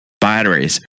batteries